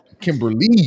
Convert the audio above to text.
Kimberly